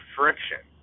friction